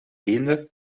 eenden